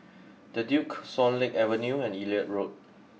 the Duke Swan Lake Avenue and Elliot Road